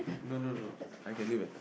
no no no I getting better